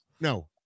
No